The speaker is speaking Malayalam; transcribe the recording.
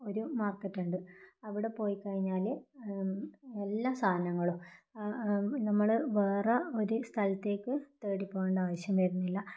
ഒരു മാർക്കറ്റ് ഉണ്ട് അവിടെ പോയിക്കഴിഞ്ഞാൽ എല്ലാ സാധനങ്ങളും നമ്മൾ വേറെ ഒരു സ്ഥലത്തേക്ക് തേടി പോകേണ്ട ആവശ്യം വരുന്നില്ല